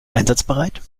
einsatzbereit